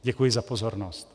Děkuji za pozornost.